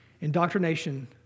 Indoctrination